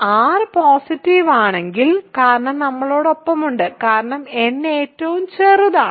r positive ആണെങ്കിൽ കാരണം നമ്മോടൊപ്പമുണ്ട് കാരണം n ഏറ്റവും ചെറുതാണ്